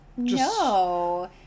no